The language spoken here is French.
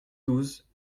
douze